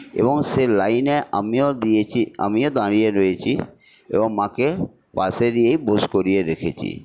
এবং সে লাইনে আমিও দিয়েছি আমিও দাঁড়িয়ে রয়েছি এবং মাকে পাশে নিয়ে বোস করিয়ে রেখেছি